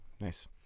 Nice